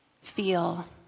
Feel